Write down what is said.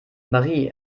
marie